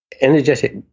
energetic